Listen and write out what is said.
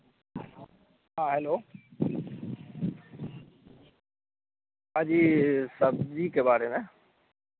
हाँ जी सब्ज़ी के बारे में